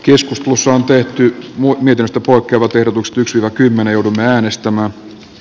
jos bush on tehty muotinäytöstä pukevat edustus näkyy me neuvomme aineistona